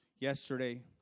Yesterday